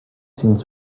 seemed